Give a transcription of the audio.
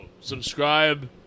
subscribe